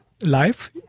life